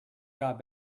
got